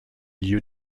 lieux